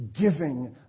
giving